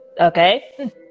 Okay